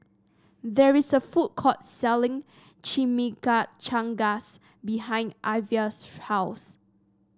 there is a food court selling Chimichangas behind Ivah's house